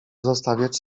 zostawiać